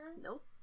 Nope